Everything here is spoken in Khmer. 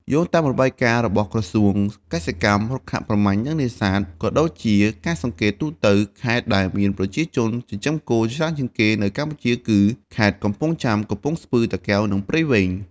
យោងតាមរបាយការណ៍របស់ក្រសួងកសិកម្ម រុក្ខាប្រមាញ់ និងនេសាទ ក៏ដូចជាការសង្កេតទូទៅ ខេត្តដែលមានប្រជាជនចិញ្ចឹមគោច្រើនជាងគេនៅកម្ពុជាគឺ ខេត្តកំពង់ចាម កំពង់ស្ពឺ តាកែវ និងព្រៃវែង។